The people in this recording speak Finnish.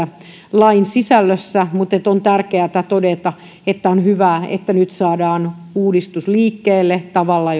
lain sisällössä mutta on tärkeätä todeta että on hyvä että saadaan nyt uudistus liikkeelle tavalla